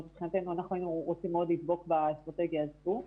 מבחינתנו אנחנו היינו רוצים מאוד לדבוק באסטרטגיה הזו.